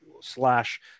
slash